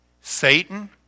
Satan